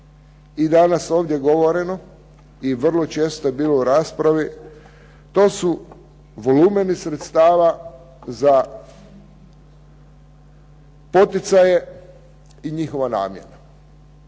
i danas ovdje govoreno i vrlo često je bilo u raspravi to su volumeni sredstava za poticaje i njihova namjena.